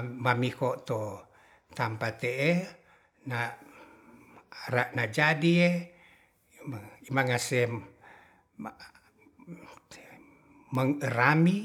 Mamiho to tampa te'e na ara na jadie mangase, mang e'rami